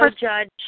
judge